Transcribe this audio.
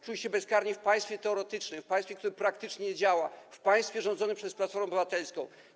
Czuli się bezkarni w państwie teoretycznym, w państwie, które praktycznie nie działa, w państwie rządzonym przez Platformę Obywatelską.